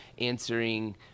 answering